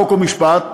חוק ומשפט,